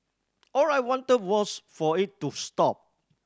all I wanted was for it to stop